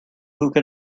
could